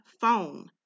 phone